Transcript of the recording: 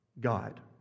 God